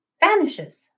vanishes